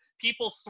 People